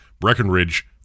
Breckenridge